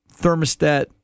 thermostat